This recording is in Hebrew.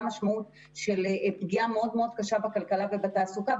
משמעות של פגיעה מאוד-מאוד קשה בכלכלה ובתעסוקה,